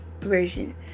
version